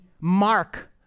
mark